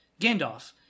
Gandalf